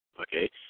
okay